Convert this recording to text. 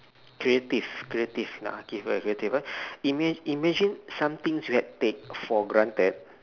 creative creative lah give her a creative ah ima~ imagine some things we had take for granted